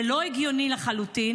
זה לחלוטין